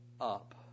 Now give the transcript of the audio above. up